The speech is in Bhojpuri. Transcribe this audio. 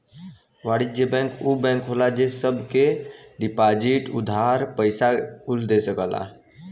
वाणिज्य बैंक ऊ बैंक होला जे सब के डिपोसिट, उधार, पइसा कुल दे सकेला